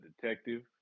detective